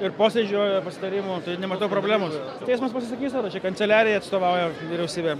ir posėdžio ir pasitarimų tai nematau problemos teismas pasisakys ar čia kanceliarija atstovauja ar vyriausybė